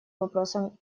вопросам